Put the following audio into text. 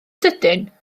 sydyn